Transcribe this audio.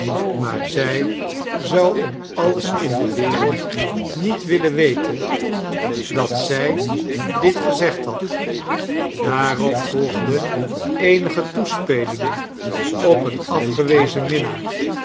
maar zij zou om alles in de wereld niet willen weten dat zij dit gezegd had daarop volgden eenige toespehngen op een afgewezen minnaar